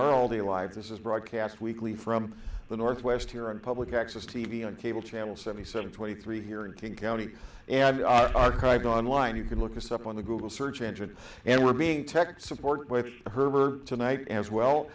are all the lives this is broadcast weekly from the northwest here on public access t v and cable channel seventy seven twenty three here in king county and archived online you can look this up on the google search engine and we're being tech support which i heard tonight as well